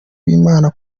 b’imana